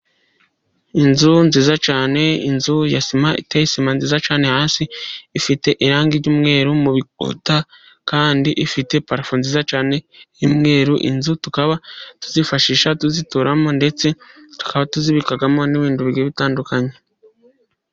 Inzu nziza cyane, inzu ya sima, iteye sima nziza cyane hasi, ifite irangi ry'umweru mu bikuta, kandi ifite parafo nziza cyane y'umweru, inzu tukaba tuzifashisha tuzituramo, ndetse tukaba tuzibikamo n'ibindi bigiye bitandukanye.